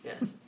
Yes